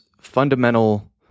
fundamental